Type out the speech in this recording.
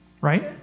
right